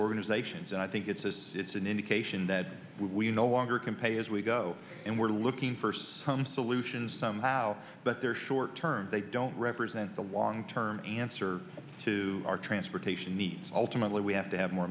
organizations and i think it's a it's an indication that we no longer can pay as we go and we're looking for some solutions somehow well but they're short term they don't represent the long term answer to our transportation needs ultimately we have to have more